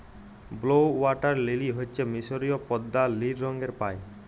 blue water lily হচ্যে মিসরীয় পদ্দা লিল রঙের পায়